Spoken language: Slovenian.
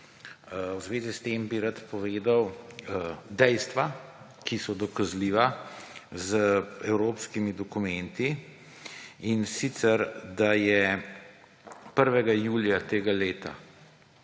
V zvezi s tem bi rad povedal dejstva, ki so dokazljiva z evropskimi dokumenti, in sicer da je 1. julija tega leta